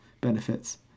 benefits